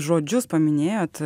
žodžius paminėjot